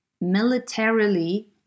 militarily